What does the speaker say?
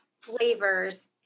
flavors